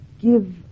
give